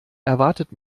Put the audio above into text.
erwartet